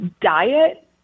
diet